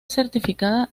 certificada